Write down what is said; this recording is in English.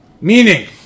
Meaning